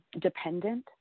dependent